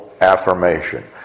affirmation